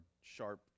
sharp